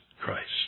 Christ